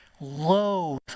Loathe